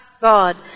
God